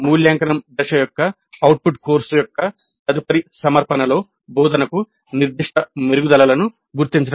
మూల్యాంకనం దశ యొక్క అవుట్పుట్ కోర్సు యొక్క తదుపరి సమర్పణలో బోధనకు నిర్దిష్ట మెరుగుదలలను గుర్తించడం